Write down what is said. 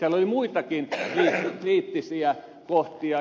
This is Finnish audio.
siellä oli muitakin kriittisiä kohtia